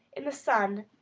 in the sun,